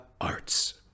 arts